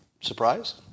Surprise